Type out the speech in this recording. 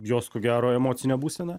jos ko gero emocinę būseną